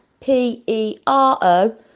P-E-R-O